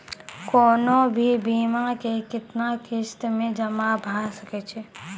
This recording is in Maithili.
कोनो भी बीमा के कितना किस्त मे जमा भाय सके छै?